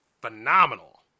phenomenal